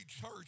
church